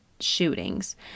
shootings